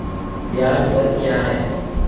ब्याज दर क्या है?